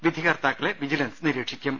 വിധികർത്താക്കളെ vigilance നിരീക്ഷിക്കും